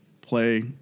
play